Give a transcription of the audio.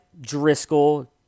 Driscoll